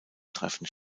treffen